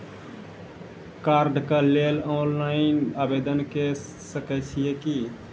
कार्डक लेल ऑनलाइन आवेदन के सकै छियै की?